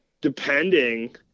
depending –